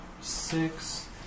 six